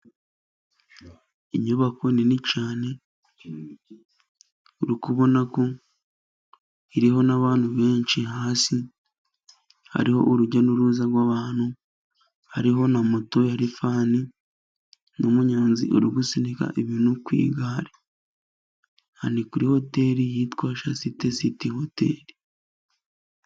Inyubako nini cyane, uri kubona ko iriho n'abantu benshi, hasi hariho urujya n'uruza rw'abantu, hariho na moto ya rifani, n'umunyonzi uri gusunika ibintu ku igare. Aha ni kuri hoteri yitwa jasite siti hoteri.